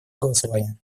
голосования